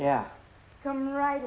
yeah right